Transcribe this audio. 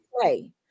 play